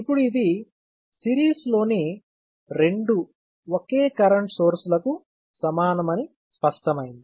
ఇప్పుడు ఇది సిరీస్ లోని రెండు ఒకే కరెంట్ సోర్స్లకు సమానమని స్పష్టమైంది